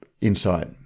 insight